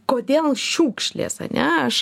kodėl šiukšlės ar ne aš